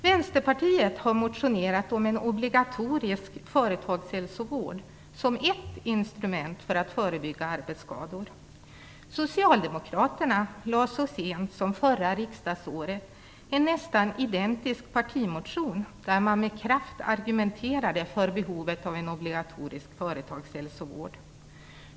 Vänsterpartiet har motionerat om en obligatorisk företagshälsovård som ett instrument för att förebygga arbetsskador. Socialdemokraterna lade så sent som förra året fram en nästan identisk partimotion där man med kraft argumenterade för behovet av en obligatorisk företagshälsovård.